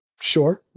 Sure